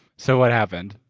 so what happened?